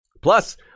Plus